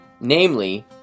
namely